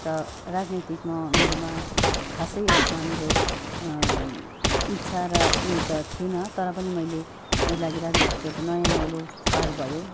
त राजनीतिकमा मेरोमा खासै यसमा मेरो इच्छा र उयो त थिएन तर पनि मैले मेरो लागि राजनीतिको एउटा नयाँ नौलो पाठ भयो